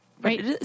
Right